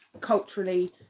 culturally